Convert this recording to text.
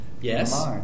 Yes